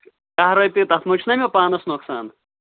دَہ رۄپیہِ تَتھ منٛز چھُنہ مےٚ پانَس نۄقصان